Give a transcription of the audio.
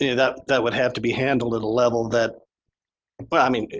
yeah that that would have to be handled at a level that but i mean,